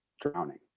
drowning